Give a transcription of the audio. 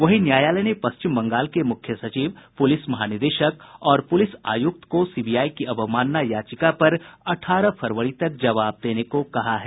वहीं न्यायालय ने पश्चिम बंगाल के मुख्य सचिव पुलिस महानिदेशक और पुलिस आयुक्त को सीबीआई की अवमानना याचिका पर अठारह फरवरी तक जवाब देने को कहा है